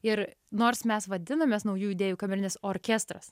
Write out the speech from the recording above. ir nors mes vadinamės naujų idėjų kamerinis orkestras